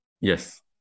yes